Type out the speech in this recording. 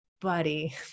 buddy